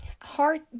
heart